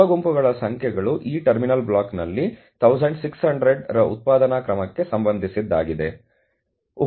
ಉಪ ಗುಂಪುಗಳ ಸಂಖ್ಯೆಗಳು ಈ ಟರ್ಮಿನಲ್ ಬ್ಲಾಕ್ಗಳಲ್ಲಿ 1600 ರ ಉತ್ಪಾದನಾ ಕ್ರಮಕ್ಕೆ ಸಂಬಂಧಿಸಿದ್ದಾಗಿದೆ